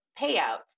payouts